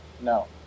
no